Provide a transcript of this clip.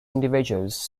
individuals